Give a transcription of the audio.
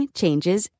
changes